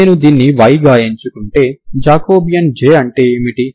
నేను దీన్ని yగా ఎంచుకుంటే జాకోబియన్ అంటే ఏమిటి